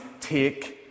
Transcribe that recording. take